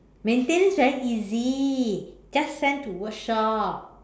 maintain very easy just send to workshop